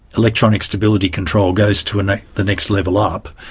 electronic stability control goes to and the next level up,